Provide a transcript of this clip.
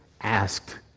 asked